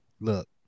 look